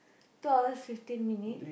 two hours fifteen minutes